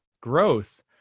growth